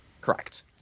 Correct